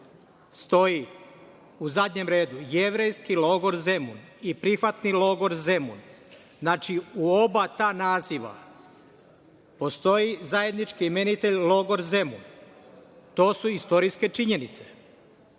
stoji, u zadnjem redu, „Jevrejski logor Zemun“ i „Prihvatni logor Zemun“. Znači, u oba ta naziva postoji zajednički imenitelj logor Zemun. To su istorijske činjenice.